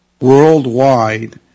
worldwide